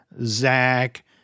Zach